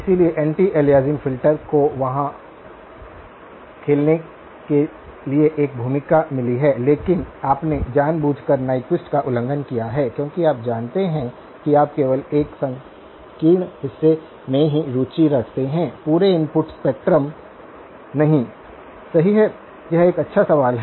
इसलिए anti aliasing filter को वहां खेलने के लिए एक भूमिका मिली है लेकिन आपने जानबूझकर न्यक्विस्ट का उल्लंघन किया है क्योंकि आप जानते हैं कि आप केवल एक संकीर्ण हिस्से में ही रुचि रखते हैं पूरे इनपुट स्पेक्ट्रम नहीं सही है यह एक अच्छा सवाल है